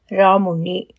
ramuni